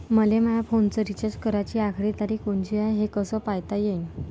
मले माया फोनचा रिचार्ज कराची आखरी तारीख कोनची हाय, हे कस पायता येईन?